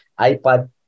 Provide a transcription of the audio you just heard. iPad